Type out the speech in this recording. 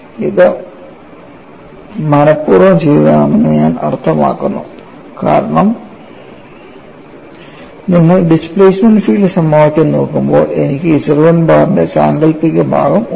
ഇത് മനപ്പൂർവ്വം ചെയ്തതാണെന്ന് ഞാൻ അർത്ഥമാക്കുന്നു കാരണം നിങ്ങൾ ഡിസ്പ്ലേസ്മെൻറ് ഫീൽഡ് സമവാക്യം നോക്കുമ്പോൾ എനിക്ക് Z 1 ബാറിന്റെ സാങ്കൽപ്പിക ഭാഗം ഉണ്ട്